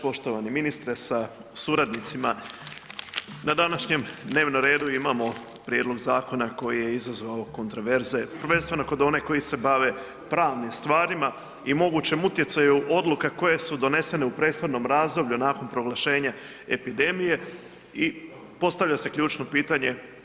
Poštovani ministre sa suradnicima na današnjem dnevnom redu imamo prijedlog zakona koji je izazvao kontraverze, prvenstveno kod onih koji se bave pravnim stvarima i mogućem utjecaju odluka koje su donesene u prethodnom razdoblju, a nakon proglašenja epidemije i postavlja se ključno pitanje.